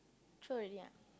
throw already ah